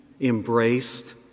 embraced